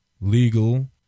legal